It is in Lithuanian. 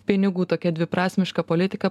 pinigų tokia dviprasmiška politika